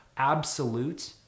absolute